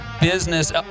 business